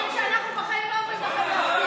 בבקשה.